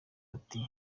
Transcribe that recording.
ati